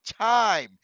time